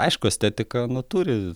aišku estetika nu turi